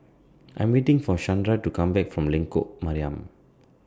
I'm waiting For Shandra to Come Back from Lengkok Mariam